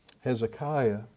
Hezekiah